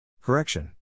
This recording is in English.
Correction